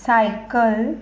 cycle